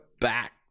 back